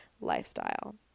lifestyle